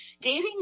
Dating